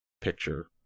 picture